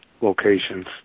locations